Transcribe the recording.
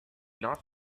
not